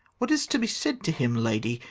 what is to be said to him, lady?